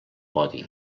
podi